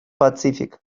pazifik